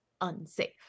unsafe